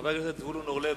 חבר הכנסת זבולון אורלב,